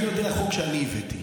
אני יודע על החוק שאני הבאתי.